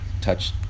touch